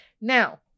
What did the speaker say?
Now